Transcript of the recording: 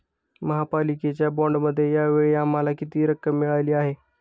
महापालिकेच्या बाँडमध्ये या वेळी आम्हाला किती रक्कम मिळाली आहे?